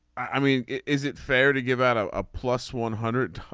i mean is it fair to give out a ah plus one hundred.